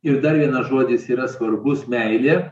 ir dar vienas žodis yra svarbus meilė